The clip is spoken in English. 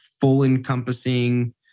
full-encompassing